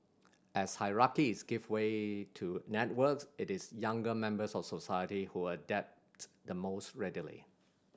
as hierarchies give way to networks it is younger members of society who adapt the most readily